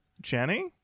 Jenny